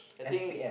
I think